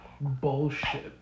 bullshit